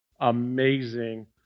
amazing